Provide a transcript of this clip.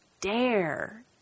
dare